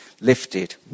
lifted